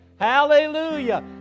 Hallelujah